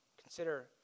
Consider